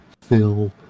Phil